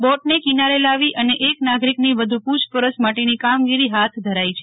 બોટને કિનારે લાવી અને એક નાગિ રકની વધુ પુછપરછ માટેની કામગીરી હાથ ધરાઈ છે